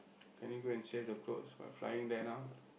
can you go and save the clothes by flying there now